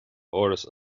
áras